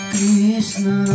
Krishna